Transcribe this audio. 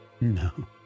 No